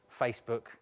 Facebook